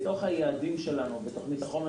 בתוך היעדים שלנו בתוכנית החומש,